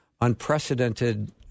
unprecedented